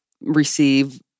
receive